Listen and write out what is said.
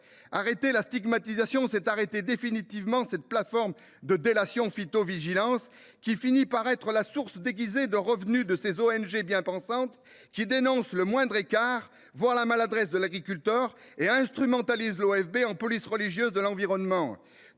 que ceux des dealers ! C’est arrêter définitivement cette plateforme de délation phytovigilance, qui finit par être la source déguisée de revenus de ces ONG bien pensantes qui dénoncent le moindre écart, la moindre maladresse de l’agriculteur, et instrumentalisent l’OFB en police religieuse de l’environnement.